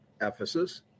Ephesus